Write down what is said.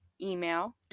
email